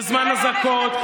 בזמן אזעקות,